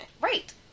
Right